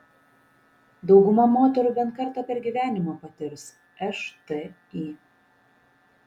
dauguma moterų bent kartą per gyvenimą patirs šti